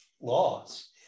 laws